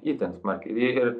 itin smarkiai ir